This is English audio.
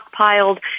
stockpiled